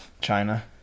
China